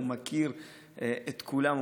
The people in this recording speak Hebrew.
הוא מכיר את כולם,